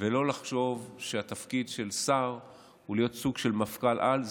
ולא לחשוב שהתפקיד של שר הוא להיות סוג של מפכ"ל-על.